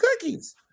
cookies